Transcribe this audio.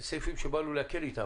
אלה סעיפים שבאנו להקל אתם.